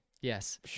Yes